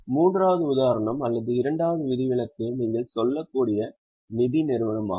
மூன்றாவது உதாரணம் அல்லது இரண்டாவது விதிவிலக்கு நீங்கள் சொல்லக்கூடிய நிதி நிறுவனமாகும்